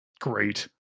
great